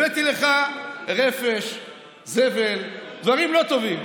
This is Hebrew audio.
הבאתי לך רפש, זבל, דברים לא טובים.